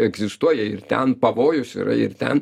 egzistuoja ir ten pavojus yra ir ten